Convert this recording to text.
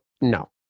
No